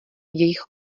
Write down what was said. jejich